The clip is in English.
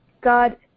God